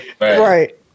Right